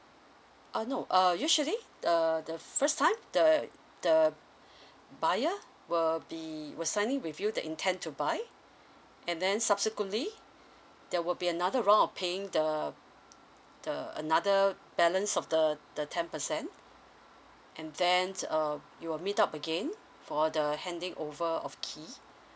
uh no uh usually the the first time the the buyer will be will signing with you the intend to buy and then subsequently there will be another round of paying the the another balance of the the ten percent and then uh you will meet up again for the handing over of key